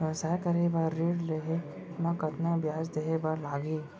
व्यवसाय करे बर ऋण लेहे म कतना ब्याज देहे बर लागही?